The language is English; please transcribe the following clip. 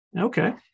Okay